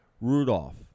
Rudolph